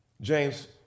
James